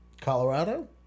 Colorado